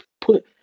put